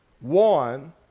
one